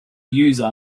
user